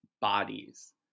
bodies